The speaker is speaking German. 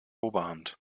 oberhand